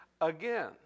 again